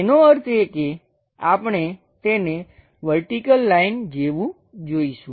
એનો અર્થ એ કે આપણે તેને વર્ટિકલ લાઈન જેવું જોઈશું